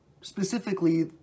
specifically